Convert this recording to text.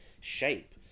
shape